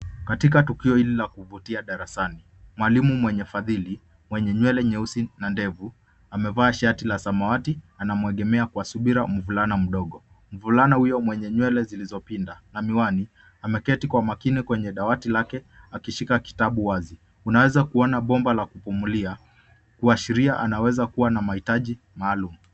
Katika tukio hili ka kuvutia darasani, mwalimu mwenye fadhili mwenye nywele nyeusi na ndevu amevaa shati la samawati anamwegemea kwa subira mvulana mdogo . Mvulana huyo mwenye nywele zilizopinda na miwani ameketi kwa makini kwenye dawati lake akishika kitabu wazi unaweza kuona bomba la kupumulia kuashiria anaweza kuwa na mahitaji maalum.